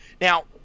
now